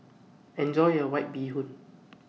Enjoy your White Bee Hoon